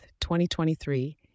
2023